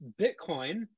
Bitcoin